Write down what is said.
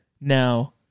now